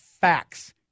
facts